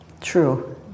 True